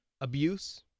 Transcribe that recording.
abuse